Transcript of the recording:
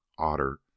otter